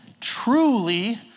truly